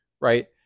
right